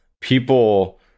people